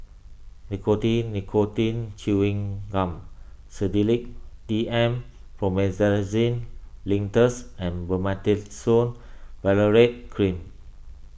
Nicotine Nicotine Chewing Gum Sedilix D M Promethazine Linctus and Betamethasone Valerate Cream